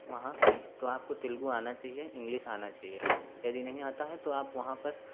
वहाँ तो आपको तेलुगु आना चाहिए इंग्लिस आना चाहिए यदि नहीं आता है तो आप वहाँ पर